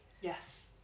yes